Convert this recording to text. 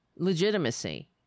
legitimacy